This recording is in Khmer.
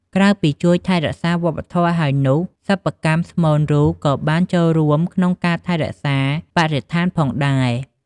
ក្រៅពីជួយថែរក្សាវប្បធម៏ហើយនោះសិប្បកម្មស្មូនរូបក៏បានចូលរួមក្នុងការថែរក្សាបរិស្ថានផងដែរ។